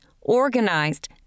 organized